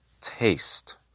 taste